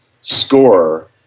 score